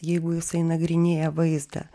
jeigu jisai nagrinėja vaizdą